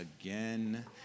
again